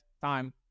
time